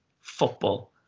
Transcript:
football